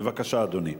בבקשה, אדוני.